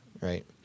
right